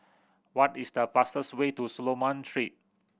what is the fastest way to Solomon Street